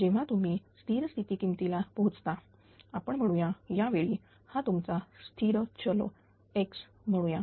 जेव्हा तुम्ही स्थिर स्थिती किमतीला पोहोचता आपण म्हणू या यावेळी आणि हा तुमचा स्थिर चलX म्हणूया